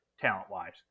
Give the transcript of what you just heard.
talent-wise